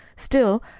still,